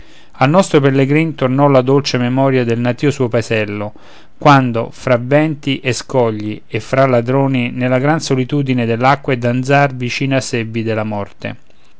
al nostro pellegrin tornò la dolce memoria del natìo suo paesello quando fra venti e scogli e fra ladroni nella gran solitudine dell'acque danzar vicino a sé vide la morte